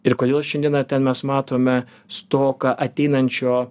ir kodėl šiandieną ten mes matome stoką ateinančio